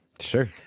Sure